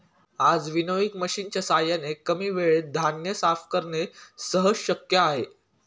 आज विनोइंग मशिनच्या साहाय्याने कमी वेळेत धान्य साफ करणे सहज शक्य आहे